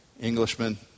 Englishman